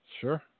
Sure